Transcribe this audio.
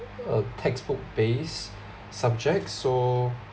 uh textbook based subjects so